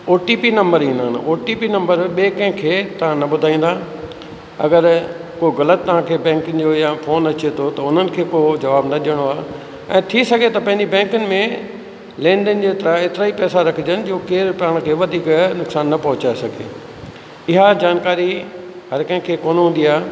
OTP number ईंदा अन OTP number ॿिए कंहिंखे तव्हां न ॿुधाईंदा अगरि को ग़लति तव्हांखे बैंकिंग जो या फोन अचे थो त हुननि खे पोइ उहो जवाब न ॾियणो आहे ऐं थी सघे त पंहिंजी बैंकिनि में लेन देन जेतिरा ऐतिरा ई पैसा रखिजनि जो केरु पाण खे वधीक नुक़सान न पहुचाए सघे इहा जानकारी हर कंहिंखे कोन हूंदी आहे